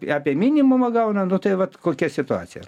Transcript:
apie minimumą gauna nu tai vat kokia situacija